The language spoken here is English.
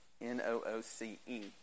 N-O-O-C-E